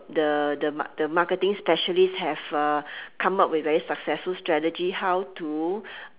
the the mark~ the marketing specialist have uh come up with very successful strategy how to